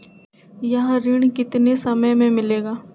यह ऋण कितने समय मे मिलेगा?